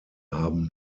haben